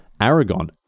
Aragon